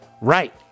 right